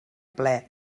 ple